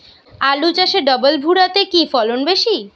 আলু চাষে ডবল ভুরা তে কি ফলন বেশি?